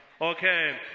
Okay